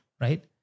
right